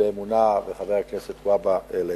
באמונה, וחבר הכנסת והבה העליתם.